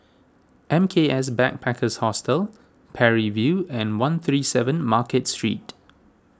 M K S Backpackers Hostel Parry View and one three seven Market Street